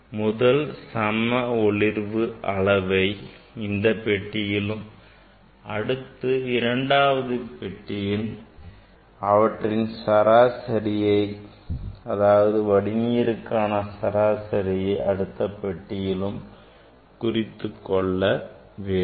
முதல் சம அளவு ஒளிர்வு அளவை முதல் பெட்டியிலும் அடுத்ததை இரண்டாவது பெட்டியிலும் இவற்றின் சராசரியை அதாவது வடிநீருக்கான சராசரியை அடுத்த பெட்டியிலும் குறித்துக் கொள்ள வேண்டும்